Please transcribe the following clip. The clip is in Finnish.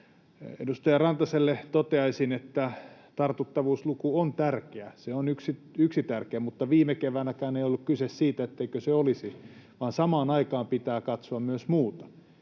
Edustaja Rantaselle toteaisin, että tartuttavuusluku on tärkeä, se on yksi tärkeä, mutta viime keväänäkään ei ollut kyse siitä, etteikö se olisi, vaan samaan aikaan pitää katsoa myös muuta: